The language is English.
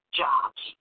jobs